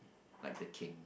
like the king